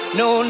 no